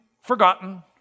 forgotten